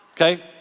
okay